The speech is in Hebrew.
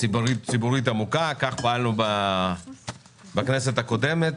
ציבורית עמוקה כך פעלנו בכנסת הקודמת,